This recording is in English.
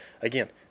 Again